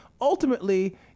Ultimately